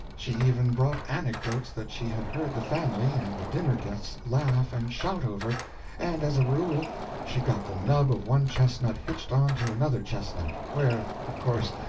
she even brought anecdotes that she had heard the family and the dinner-guests laugh and shout over and as a rule she got the nub of one chestnut hitched onto another chestnut, where, of course,